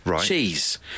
cheese